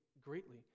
greatly